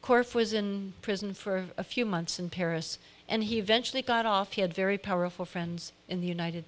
course was in prison for a few months in paris and he eventually got off he had very powerful friends in the united